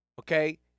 okay